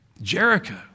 Jericho